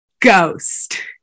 Ghost